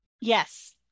Yes